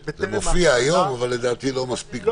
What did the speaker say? זה מופיע היום, אבל לדעתי לא מספיק ברור.